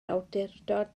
awdurdod